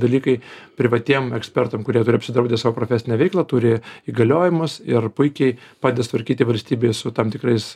dalykai privatiem ekspertam kurie turi apsidraudę savo profesinę veiklą turi įgaliojimus ir puikiai pade sutvarkyti valstybei su tam tikrais